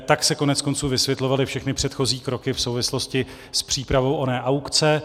Tak se koneckonců vysvětlovaly všechny předchozí kroky v souvislosti s přípravou oné akce.